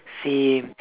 same